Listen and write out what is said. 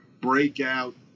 breakout